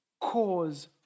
cause